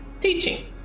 teaching